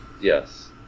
Yes